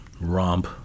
romp